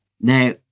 Now